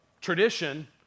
tradition